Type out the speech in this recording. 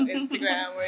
Instagram